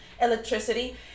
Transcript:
electricity